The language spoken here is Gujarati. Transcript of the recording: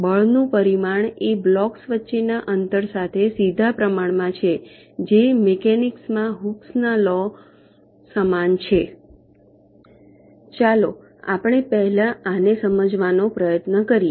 બળનું પરિમાણ એ બ્લોક્સ વચ્ચેના અંતર સાથે સીધા પ્રમાણમાં છે જે મિકેનિક્સ માં હૂકના લૉ Hooke's law સમાન છે ચાલો આપણે પહેલા આને સમજાવવાનો પ્રયત્ન કરીએ